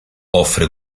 offre